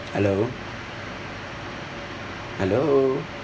hello hello